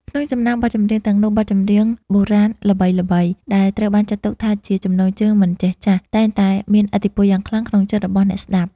ក្នុងចំណោមបទចម្រៀងទាំងនោះ បទចម្រៀងបុរាណល្បីៗដែលត្រូវបានគេចាត់ទុកថាជាចំណងជើងមិនចេះចាស់ តែងតែមានឥទ្ធិពលយ៉ាងខ្លាំងក្នុងចិត្តរបស់អ្នកស្តាប់។